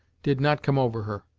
did not come over her.